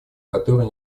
которая